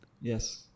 Yes